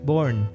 Born